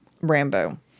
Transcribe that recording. Rambo